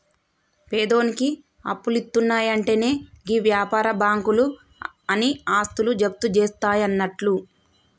పేదోనికి అప్పులిత్తున్నయంటెనే గీ వ్యాపార బాకుంలు ఆని ఆస్తులు జప్తుజేస్తయన్నట్లు